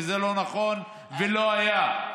וזה לא נכון ולא היה.